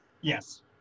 Yes